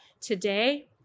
today